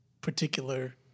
particular